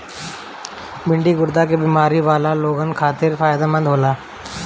भिन्डी गुर्दा के बेमारी वाला लोगन खातिर फायदमंद रहेला